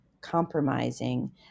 compromising